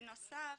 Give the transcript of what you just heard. בנוסף,